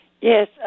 Yes